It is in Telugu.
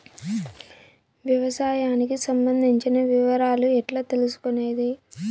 వ్యవసాయానికి సంబంధించిన వివరాలు ఎట్లా తెలుసుకొనేది?